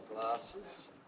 glasses